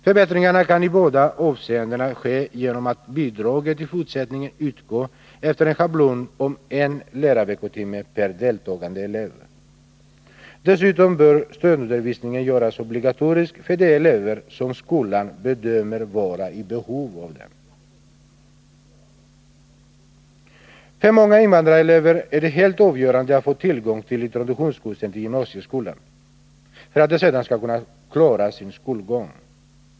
Förbättringarna kan i båda avseendena ske genom att bidraget i fortsättningen utgår efter en schablon om en lärarveckotimme per deltagande elev. Dessutom bör stödundervisningen göras obligatorisk för de elever som skolan bedömer vara i behov av den. För många invandrarelever är det helt avgörande att få tillgång till introduktionskurser till gymnasieskolan, för att de sedan skall kunna klara sin skolgång.